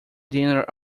dinner